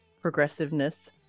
progressiveness